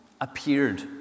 appeared